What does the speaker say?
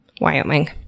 Wyoming